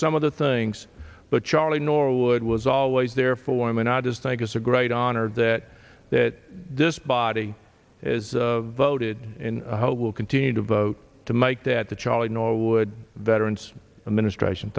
some of the things but charlie norwood was always there for him and i just think it's a great honor that that this body is voted in will continue to vote to make that the charlie norwood veteran's administration